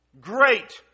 great